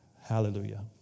hallelujah